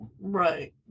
Right